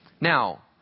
now